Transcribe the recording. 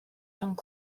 rhwng